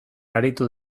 aritu